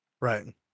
right